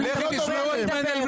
תשאלו את מנדלבליט.